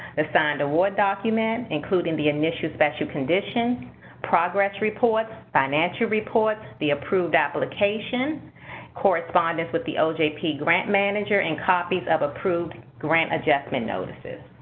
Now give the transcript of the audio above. the signed award document, including the initial special conditions progress reports financial reports the approved application correspondence with the ojp grant manager and copies of approved grant adjustment notices.